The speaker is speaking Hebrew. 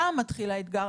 שם מתחיל האתגר.